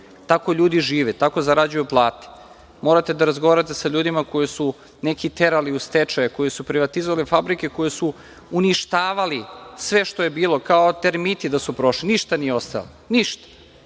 tako ljudi žive, tako zarađuju plate. Morate da razgovarate sa ljudima koje su neki terali u stečaj, koji su privatizovali fabrike koje su uništavali sve što je bilo, kao termiti da su prošli, ništa nije ostalo, ništa. Onda